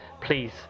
please